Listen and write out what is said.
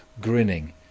grinning